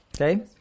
Okay